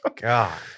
god